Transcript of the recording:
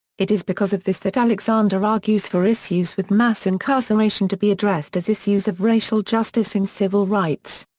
it is because of this that alexander argues for issues with mass incarceration to be addressed as issues of racial justice and civil rights.